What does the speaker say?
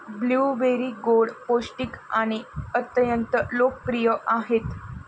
blueberry गोड, पौष्टिक आणि अत्यंत लोकप्रिय आहेत